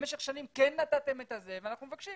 במשך שנים כן נתתם את זה ואנחנו מבקשים